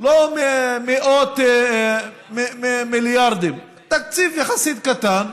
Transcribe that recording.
לא מאות מיליארדים, תקציב יחסית קטן,